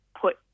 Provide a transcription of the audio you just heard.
put